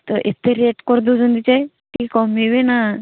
ତ ଏତେ ରେଟ୍ କରିଦେଉଛନ୍ତି ଯେ ଟିକିଏ କମେଇବେ ନା